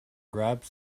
grabbed